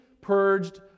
purged